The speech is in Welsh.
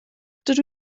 dydw